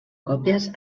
còpies